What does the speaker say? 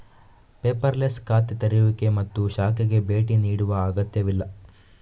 paperless ಖಾತೆ ತೆರೆಯುವಿಕೆ ಮತ್ತು ಶಾಖೆಗೆ ಭೇಟಿ ನೀಡುವ ಅಗತ್ಯವಿಲ್ಲ